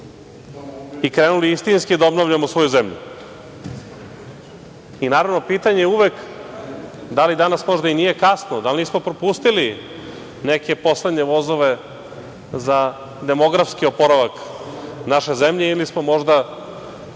i krenuli istinski da obnavljamo svoju zemlju. Naravno, pitanje uvek, da li danas možda nije kasno, da li možda nismo propustili neke poslednje vozove za demografski oporavak naše zemlje ili smo možda